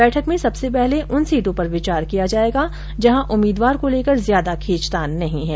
बैठक में सबसे पहले उन सीटों पर विचार किया जायेगा जहां उम्मीदवार को लेकर ज्यादा खींचतान नहीं है